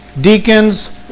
deacons